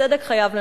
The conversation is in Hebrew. הצדק חייב לנצח.